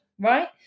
right